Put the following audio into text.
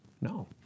No